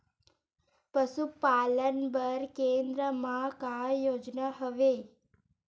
पशुपालन बर केन्द्र म का योजना हवे?